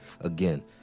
Again